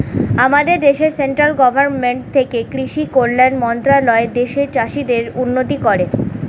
আমাদের দেশে central government থেকে কৃষি কল্যাণ মন্ত্রণালয় দেশের চাষীদের উন্নতি করে